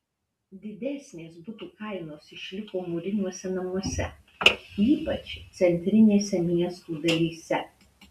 didesnės butų kainos išliko mūriniuose namuose ypač centrinėse miestų dalyse